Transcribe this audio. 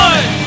One